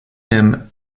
him